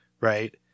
right